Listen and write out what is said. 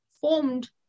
formed